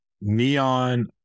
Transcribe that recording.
Neon